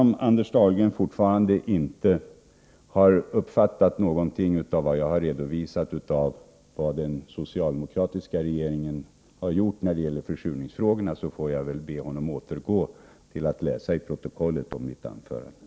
Om Anders Dahlgren fortfarande inte har uppfattat någonting av det jag har sagt i fråga om vad den socialdemokratiska regeringen har gjort när det gäller försurningsfrågorna, får jag väl be honom återgå till mitt anförande, när det finns att läsa i protokollet.